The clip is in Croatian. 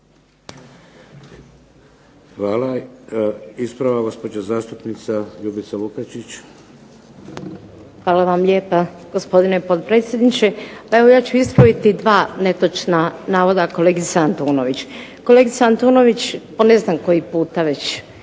Ljubica Lukačić. **Lukačić, Ljubica (HDZ)** Hvala vam lijepa, gospodine potpredsjedniče. Evo ja ću ispraviti dva netočna navoda kolegice Antunović. Kolegice Antunović po ne znam koji puta već